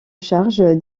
charge